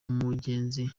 umugenzi